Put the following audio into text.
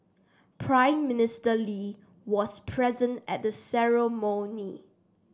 Prime Minister Lee was present at the ceremony